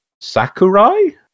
Sakurai